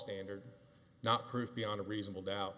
standard not proof beyond a reasonable doubt